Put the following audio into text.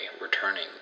returning